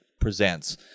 presents